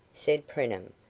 said preenham.